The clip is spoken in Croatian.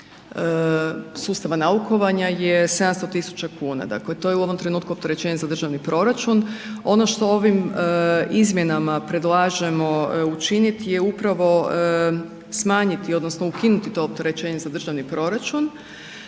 sustava naukovanja je 700 000 kn, dakle to je u ovom trenutku opterećenje za državni proračun. Ono što ovim izmjenama predlažemo učiniti je upravo smanjiti odnosno ukinuti to opterećenje za državni proračun,